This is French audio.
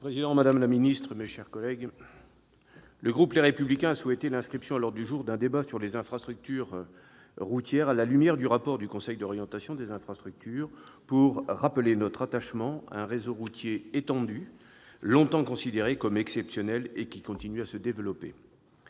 Monsieur le président, madame la ministre, mes chers collègues, le groupe Les Républicains a souhaité l'inscription à l'ordre du jour d'un débat sur les infrastructures routières, à la lumière du rapport du Conseil d'orientation des infrastructures, pour rappeler son attachement à un réseau routier étendu, longtemps considéré comme exceptionnel, et qui continue à se développer.